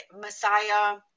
messiah